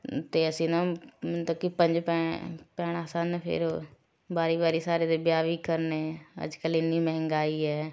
ਅਤੇ ਅਸੀਂ ਨਾ ਮਤਲਬ ਕਿ ਪੰਜ ਭੈ ਭੈਣਾਂ ਸਨ ਫਿਰ ਵਾਰੀ ਵਾਰੀ ਸਾਰੇ ਦੇ ਵਿਆਹ ਵੀ ਕਰਨੇ ਅੱਜ ਕੱਲ੍ਹ ਇੰਨੀਂ ਮਹਿੰਗਾਈ ਹੈ